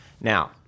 Now